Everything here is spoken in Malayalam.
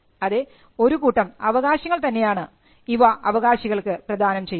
അതെ ഒരുകൂട്ടം അവകാശങ്ങൾ തന്നെയാണ് ഇവ അവകാശികൾക്ക് പ്രദാനം ചെയ്യുന്നത്